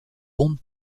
bund